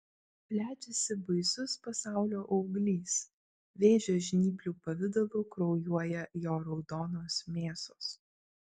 plečiasi baisus pasaulio auglys vėžio žnyplių pavidalu kraujuoja jo raudonos mėsos